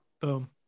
Boom